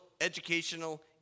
educational